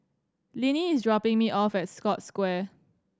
Linnie is dropping me off at Scotts Square